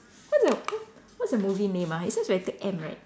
what the what what's the movie name ah it starts with letter M right